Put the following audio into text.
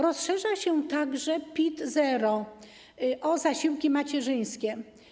Rozszerza się także PIT-0 o zasiłki macierzyńskie.